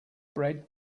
bread